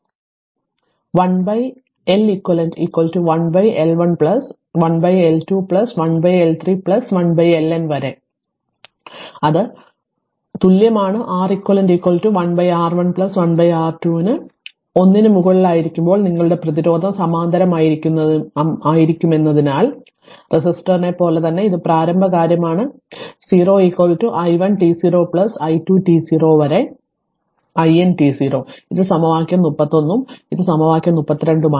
അതേസമയം 1 L eq 1 L 1 plus 1 L 2 plus 1 L 3 plus 1 LN വരെ അത് തുല്യമാണ് R eq 1 R 1 plus 1 R 2 ന് 1 മുകളിലായിരിക്കുമ്പോൾ നിങ്ങളുടെ പ്രതിരോധം സമാന്തരമായിരിക്കുമെന്നതിനാൽ റെസിസ്റ്ററിനെ പോലെ തന്നെ ഇത് പ്രാരംഭ കാര്യമാണ് 0 i 1 t 0 plus i 2 t 0 വരെ i N t 0 ഇത് സമവാക്യം 31 ഉം ഇത് സമവാക്യം 32 ഉം ആണ്